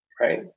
right